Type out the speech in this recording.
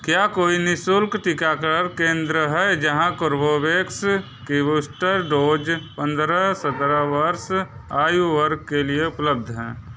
क्या कोई निःशुल्क टीकाकरण केंद्र हैं जहाँ कोर्बेवैक्स की बूस्टर डोज़ पंद्रह सत्रह वर्ष आयु वर्ग के लिए उपलब्ध है